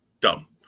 Dumb